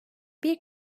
bir